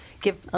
give